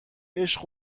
عشق